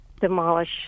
demolish